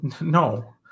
No